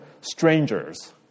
strangers